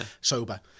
sober